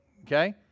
Okay